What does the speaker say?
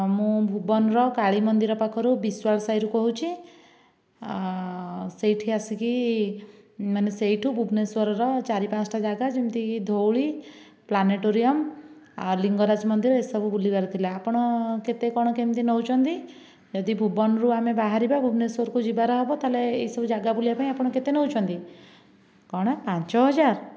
ମୁଁ ଭୁବନର କାଳି ମନ୍ଦିର ପାଖରୁ ବିଶ୍ଵାଳ ସାହିରୁ କହୁଛି ସେଇଠି ଆସିକି ମାନେ ସେଇଠୁ ଭୁବନେଶ୍ଵରର ଚାରି ପାଞ୍ଚଟା ଜାଗା ଯେମିତିକି ଧଉଳି ପ୍ଲାନେଟୋରିୟମ୍ ଆଉ ଲିଙ୍ଗରାଜ ମନ୍ଦିର ଏସବୁ ବୁଲିବାର ଥିଲା ଆପଣ କେତେ କଣ କେମିତି ନଉଛନ୍ତି ଯଦି ଭୁବନରୁ ଆମେ ବାହାରିବା ଭୁବନେଶ୍ୱରକୁ ଯିବାର ହବ ତାହେଲେ ଏଇ ସବୁ ଜାଗା ବୁଲିବା ପାଇଁ ଆପଣ କେତେ ନଉଛନ୍ତି କ'ଣ ପାଞ୍ଚ ହଜାର